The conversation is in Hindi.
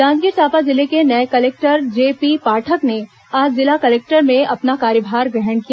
जांजगीर चांपा जिले के नये कलेक्टर जेपी पाठक ने आज जिला कलेक्ट्रेट में अपना कार्यभार ग्रहण किया